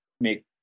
make